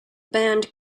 band